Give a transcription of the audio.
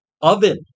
oven